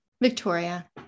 Victoria